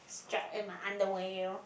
strut in my underwear you know